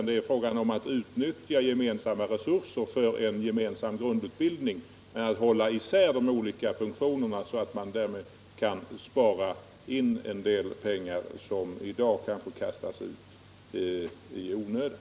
Det är fråga om att utnyttja gemensamma resurser för en gemensam grundutbildning och därmed spara in en del pengar som i dag kanske kastas ut i onödan.